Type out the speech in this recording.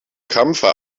kampfe